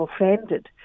offended